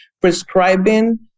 prescribing